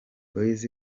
boys